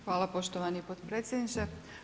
Hvala poštovani potpredsjedniče.